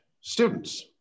students